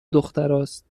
دختراست